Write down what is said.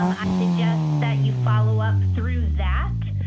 um i suggest that you follow up through that.